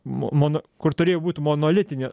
m mano kur turėjo būt monolitinė